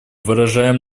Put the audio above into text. выражаем